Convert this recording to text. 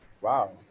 wow